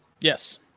Yes